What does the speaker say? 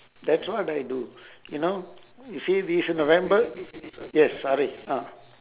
that's what I do you know you see this in november yes sorry ah